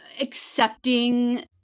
accepting